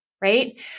right